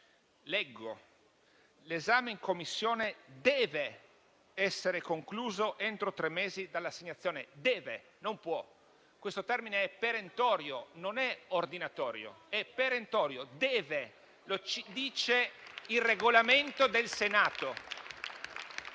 che «L'esame in Commissione deve essere concluso entro tre mesi dall'assegnazione». «Deve», non «può». Questo termine è perentorio, non è ordinatorio. Lo dice il Regolamento del Senato.